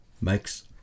makes